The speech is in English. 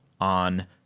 on